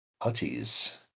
Hutties